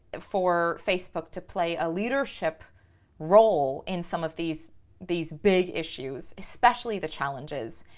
for facebook to play a leadership role in some of these these big issues, especially the challenges,